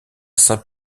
saint